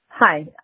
Hi